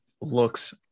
looks